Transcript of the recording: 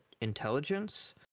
intelligence